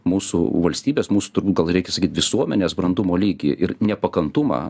mūsų valstybės mūsų turbūt gal reikia sakyt visuomenės brandumo lygį ir nepakantumą